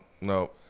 no